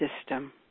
system